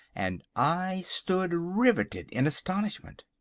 and i stood riveted in astonishment.